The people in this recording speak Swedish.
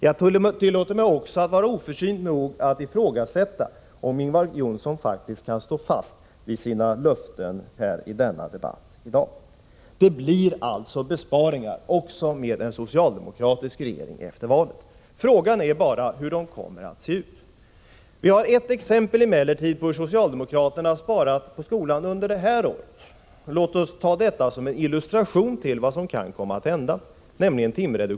Jag tillåter mig också att vara oförsynt nog att ifrågasätta om Ingvar Johnsson faktiskt kan stå fast vid sina löften i denna debatt i dag. Det blir besparingar, också med en socialdemokratisk regering efter valet! Frågan är hur de kommer att se ut. Vi har ett exempel på hur socialdemokraterna sparat på skolan under detta år, nämligen timreduktionerna på gymnasieskolan. Låt oss ta det som illustration till vad som kan komma att hända.